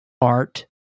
art